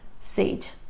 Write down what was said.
sage